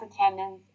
attendance